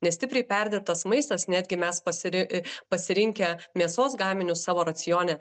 nes stipriai perdirbtas maistas netgi mes pasi pasirinkę mėsos gaminius savo racione